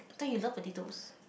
I thought you love potatoes